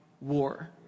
War